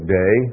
day